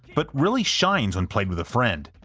but really shines when played with a friend,